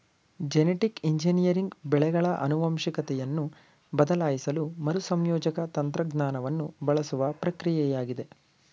genetic engineering ಬೆಳೆಗಳ ಆನುವಂಶಿಕತೆಯನ್ನು ಬದಲಾಯಿಸಲು ಮರುಸಂಯೋಜಕ ತಂತ್ರಜ್ಞಾನವನ್ನು ಬಳಸುವ ಪ್ರಕ್ರಿಯೆಯಾಗಿದೆ